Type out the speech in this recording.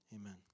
Amen